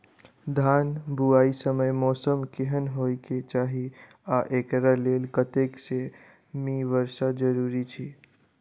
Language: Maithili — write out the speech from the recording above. धान बुआई समय मौसम केहन होइ केँ चाहि आ एकरा लेल कतेक सँ मी वर्षा जरूरी छै?